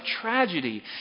tragedy